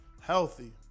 healthy